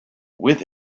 with